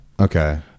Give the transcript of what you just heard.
Okay